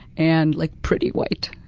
and like, pretty white.